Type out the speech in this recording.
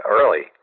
early